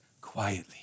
quietly